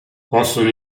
possono